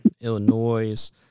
Illinois